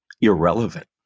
irrelevant